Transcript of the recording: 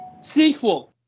Sequel